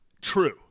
true